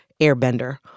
Airbender